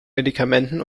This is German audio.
medikamenten